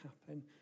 happen